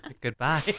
Goodbye